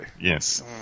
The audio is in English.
Yes